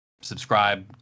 subscribe